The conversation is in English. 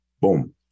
Boom